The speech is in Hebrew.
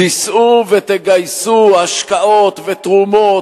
תיסעו ותגייסו השקעות ותרומות,